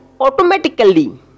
automatically